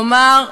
כלומר,